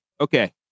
okay